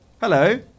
Hello